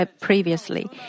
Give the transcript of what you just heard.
previously